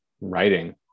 writing